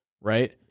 Right